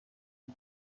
چای